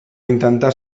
intentar